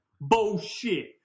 Bullshit